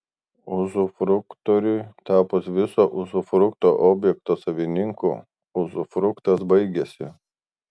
uzufruktoriui tapus viso uzufrukto objekto savininku uzufruktas baigiasi